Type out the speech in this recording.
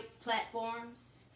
platforms